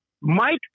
Mike